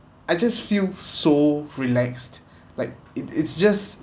I just feel so relaxed like it is just